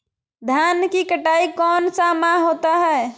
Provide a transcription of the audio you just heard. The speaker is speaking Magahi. धान की कटाई कौन सा माह होता है?